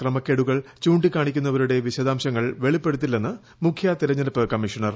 തിരഞ്ഞെടുപ്പുമായി ക്രമക്കേടുകൾ ചൂണ്ടിക്കാണിക്കുന്നവരുടെ വിശദാംശങ്ങൾ വെളിപ്പെടുത്തില്ലെന്ന് മുഖ്യ തെരഞ്ഞെടുപ്പ് കമ്മീഷണർ